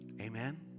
Amen